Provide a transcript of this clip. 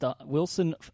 Wilson